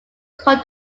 call